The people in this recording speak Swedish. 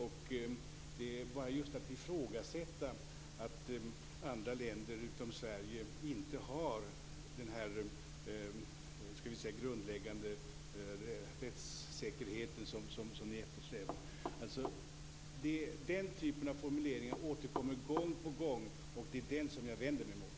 Ni ifrågasätter det - som om inte andra länder utom Sverige har den grundläggande rättssäkerhet som ni eftersträvar. Den typen av formuleringar återkommer gång på gång. Det är det som jag vänder mig mot.